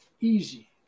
easy